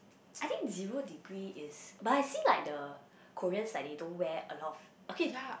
I think zero degree is but I see like the Koreans like they don't wear a lot of okay